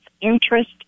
interest